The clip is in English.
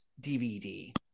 DVD